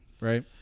right